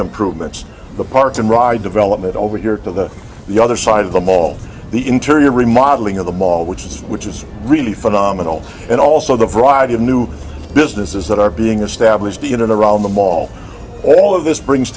improvements the parks and ride development over here to the other side of the mall the interior remodeling of the mall which is which is really phenomenal and also the variety of new businesses that are being established even in the realm the mall all of this brings